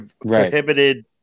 prohibited